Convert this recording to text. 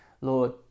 Lord